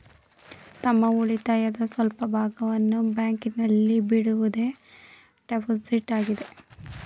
ತಮ್ಮ ಉಳಿತಾಯದ ಸ್ವಲ್ಪ ಭಾಗವನ್ನು ಬ್ಯಾಂಕಿನಲ್ಲಿ ಬಿಡುವುದೇ ಡೆಪೋಸಿಟ್ ಆಗಿದೆ